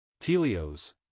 Telios